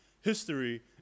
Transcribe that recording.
History